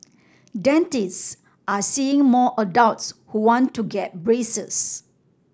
dentists are seeing more adults who want to get braces